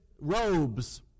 robes